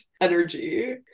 energy